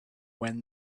when